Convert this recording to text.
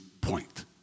point